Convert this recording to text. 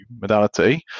modality